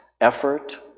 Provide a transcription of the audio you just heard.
effort